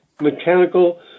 mechanical